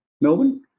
Melbourne